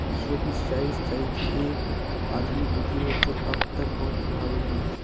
सूक्ष्म सिंचाई, सिंचाई की एक आधुनिक विधि है जो अब तक बहुत प्रभावी है